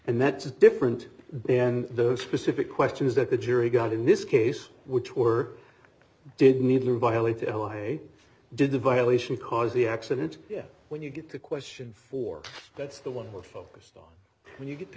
and that's different then those specific questions that the jury got in this case which were did neither violate the hey did the violation cause the accident when you get the question for that's the one we're focused on when you get to